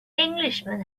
englishman